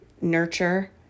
nurture